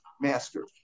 master